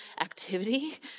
activity